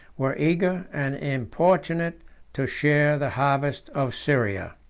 were eager and importunate to share the harvest of syria.